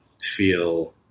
feel